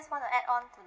just want to add-on to